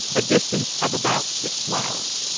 a distance of about six miles.